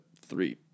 three